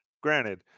granted